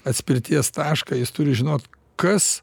atspirties tašką jis turi žinot kas